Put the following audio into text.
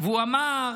והוא אמר: